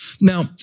Now